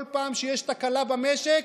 כל פעם שיש תקלה במשק,